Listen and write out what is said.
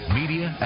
media